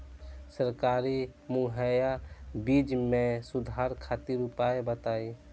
सरकारी मुहैया बीज में सुधार खातिर उपाय बताई?